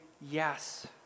yes